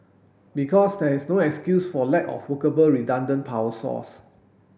because there is no excuse for lack of workable redundant power source